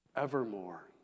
evermore